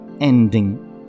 ending